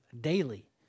daily